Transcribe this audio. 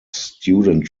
student